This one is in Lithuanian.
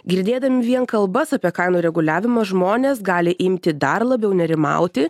girdėdami vien kalbas apie kainų reguliavimą žmonės gali imti dar labiau nerimauti